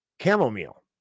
chamomile